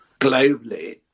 globally